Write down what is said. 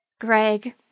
Greg